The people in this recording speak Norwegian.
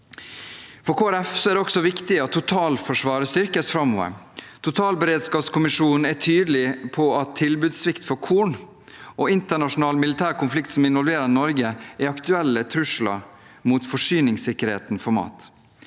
Folkeparti er det også viktig at totalforsvaret styrkes framover. Totalberedskapskommisjonen er tydelig på at tilbudssvikt av korn og internasjonal militær konflikt som involverer Norge, er aktuelle trusler mot forsyningssikkerheten for mat.